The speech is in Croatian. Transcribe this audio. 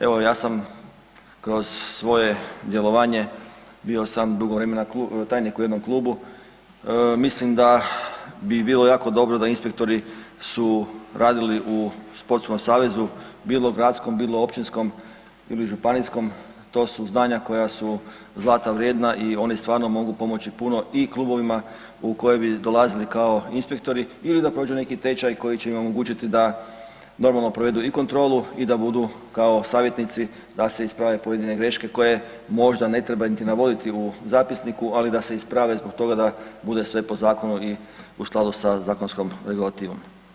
Evo, ja sam kroz svoje djelovanje, bio sam dugo vremena tajnik u jednom klubu, mislim da bi bilo jako dobro da inspektori su radili u sportskom savezu, bilo gradskom, bilo općinskom ili županijskom, to su znanja koja su zlata vrijedna i oni stvarno mogu pomoći puno i klubovima u koje bi dolazili kao inspektori ili da prođu neki tečaj koji će im omogućiti da normalno provedu i kontrolu i da budu kao savjetnici da se isprave pojedine greške koje možda ne treba niti navoditi u zapisniku, ali da se isprave zbog toga da bude sve po zakonu i u skladu sa zakonskom regulativom.